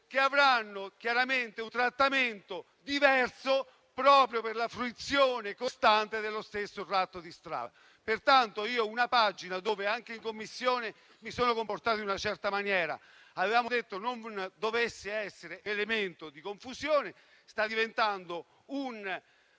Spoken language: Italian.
chiaramente avranno un trattamento diverso proprio per la fruizione costante dello stesso tratto di strada. Su questa pagina, dunque, anche in Commissione mi sono comportato in una certa maniera. Avevamo detto che non doveva essere elemento di confusione, ma sta diventando un